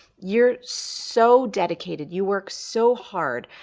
you're so dedicated. you work so hard.